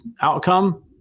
outcome